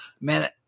Man